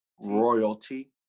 Royalty